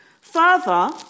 Further